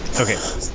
okay